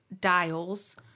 dials